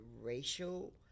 racial